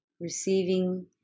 Receiving